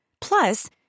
Plus